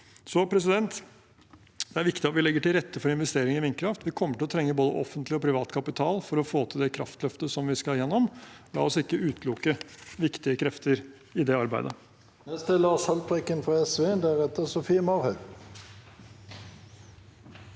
står i nå. Det er viktig at vi legger til rette for investeringer i vindkraft. Vi kommer til å trenge både offentlig og privat kapital for å få til det kraftløftet som vi skal gjennom. La oss ikke utelukke viktige krefter i det arbeidet. Lars Haltbrekken (SV) Jeg lurer